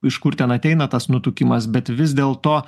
iš kur ten ateina tas nutukimas bet vis dėlto